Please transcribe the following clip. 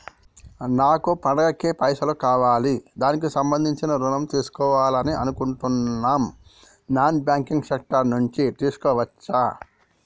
నాకు పండగ కి పైసలు కావాలి దానికి సంబంధించి ఋణం తీసుకోవాలని అనుకుంటున్నం నాన్ బ్యాంకింగ్ సెక్టార్ నుంచి తీసుకోవచ్చా?